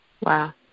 Wow